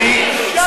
אני מבקש.